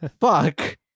fuck